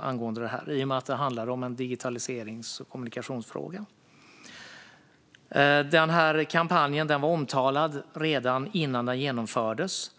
angående detta, i och med att det handlade om en digitaliserings och kommunikationsfråga. Denna kampanj var omtalad redan innan den genomfördes.